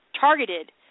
targeted